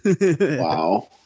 Wow